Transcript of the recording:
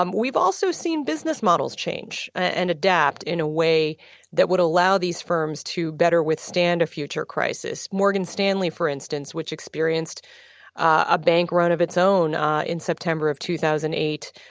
um we've also seen business models change and adapt in a way that would allow these firms to better withstand a future crisis. morgan stanley, for instance, which experienced a bank run of its own in september of two thousand and eight,